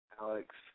Alex